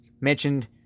Mentioned